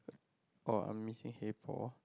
oh I'm missing hey Paul